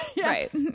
right